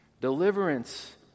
Deliverance